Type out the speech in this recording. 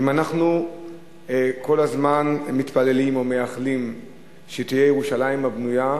אם אנחנו כל הזמן מתפללים או מייחלים שתהיה ירושלים הבנויה,